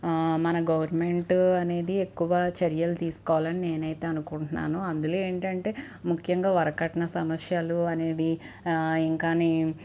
మన గవర్నమెంట్ అనేది ఎక్కువ చర్యలు తీసుకోవాలని నేనైతే అనుకుంటున్నాను అందులో ఏంటంటే ముఖ్యంగా వరకట్న సమస్యలు అనేవి ఇంకా